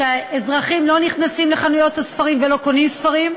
האזרחים לא נכנסים לחנויות הספרים ולא קונים ספרים,